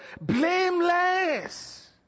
blameless